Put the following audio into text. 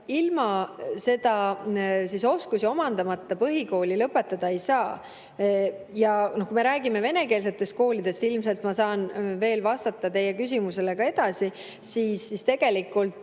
ilma [teadmisi] omandamata põhikooli lõpetada ei saa. Kui me räägime venekeelsetest koolidest – ilmselt ma saan veel vastata teie küsimusele edasi –, siis tegelikult